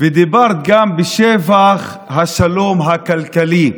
ודיברת גם בשבח השלום הכלכלי.